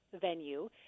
venue